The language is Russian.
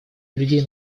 людей